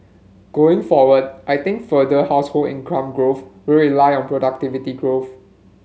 going forward I think further household income growth will rely on productivity growth